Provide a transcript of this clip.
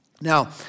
Now